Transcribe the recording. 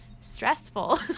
stressful